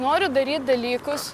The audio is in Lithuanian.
noriu daryt dalykus